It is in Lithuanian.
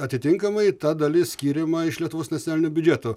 atitinkamai ta dalis skiriama iš lietuvos nacionalinio biudžeto